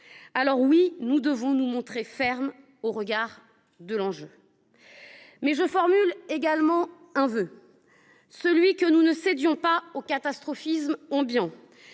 locaux. Oui, nous devons nous montrer fermes au regard de l’enjeu. Mais je forme également un vœu : que nous ne cédions pas au catastrophisme ambiant.